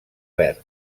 verd